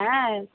হ্যাঁ